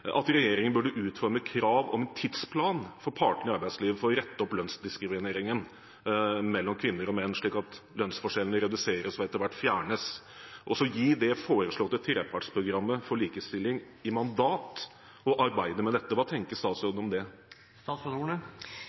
at regjeringen burde utforme krav om tidsplan for partene i arbeidslivet for å rette opp lønnsdiskrimineringen mellom kvinner og menn, slik at lønnsforskjellene reduseres og etter hvert fjernes, og gi det foreslåtte trepartsprogrammet for likestilling i mandat å arbeide med dette. Hva tenker statsråden om det?